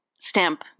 stamp